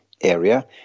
area